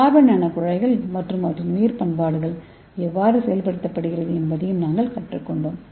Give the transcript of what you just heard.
carbon நானோகுழாய்கள் மற்றும் அவற்றின் உயிர் பயன்பாடுகளை எவ்வாறு செயல்படுத்துவது என்பதையும் நாங்கள் கற்றுக்கொண்டோம்